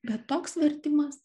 bet toks vertimas